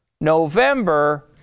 November